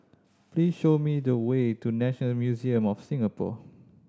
please show me the way to National Museum of Singapore